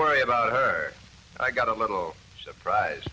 worry about her i got a little surprise